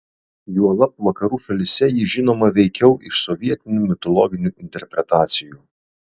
juolab vakarų šalyse ji žinoma veikiau iš sovietinių mitologinių interpretacijų